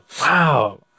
Wow